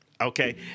Okay